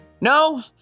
No